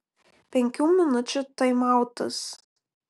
penkių minučių taimautas